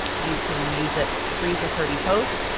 you can use it free for thirty posts.